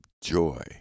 joy